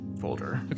folder